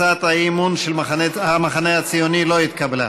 הצעת האי-אמון של המחנה הציוני לא התקבלה.